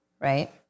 right